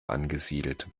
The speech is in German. angesiedelt